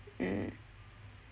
mm